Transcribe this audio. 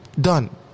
Done